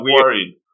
worried